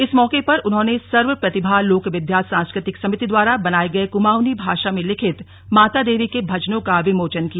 इस मौके पर उन्होंने सर्व प्रतिभा लोक विद्या सांस्कृतिक समिति द्वारा बनाये गये कुमाऊँनी भाषा में लिखित मातादेवी के भजनो का विमोचन किया